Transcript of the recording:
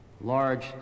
large